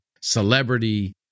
celebrity